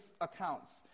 accounts